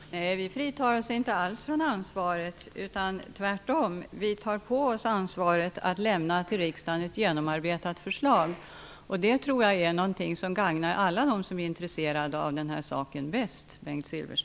Herr talman! Vi fritar oss inte alls från ansvaret. Tvärtom tar vi på oss ansvaret att till riksdagen lämna ett genomarbetat förslag. Det tror jag gagnar alla dem som är intresserade av denna sak bäst,